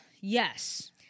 Yes